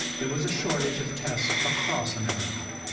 there was a shortage of tests across america.